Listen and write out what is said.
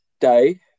day